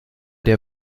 der